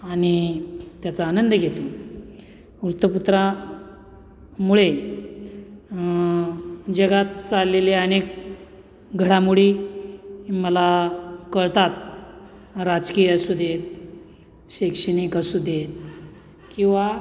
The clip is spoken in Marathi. आणि त्याचा आनंद घेतो वृत्तपत्रामुळे जगात चाललेले अनेक घडामोडी मला कळतात राजकीय असू देत शैक्षणिक असू देत किंवा